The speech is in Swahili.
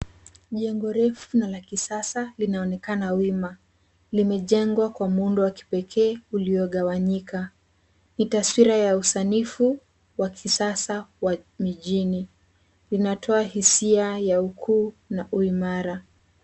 Jengo refu na la kisasa linaonekana wima. Limejengwa kwa muundo wa kipeeke uliogawanyika. Ni taswira ya usanifu wa kisasa ya mijini. Linaota hisia ya ukuu na uimara.